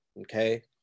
okay